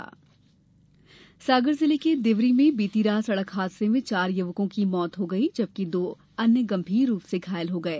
दुर्घटना सागर जिले के देवरी में बीती रात सड़क हादसे में चार युवकों की मौत होगयी जबकि दो अन्य गंभीर रूप से घायल होगए